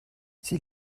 sie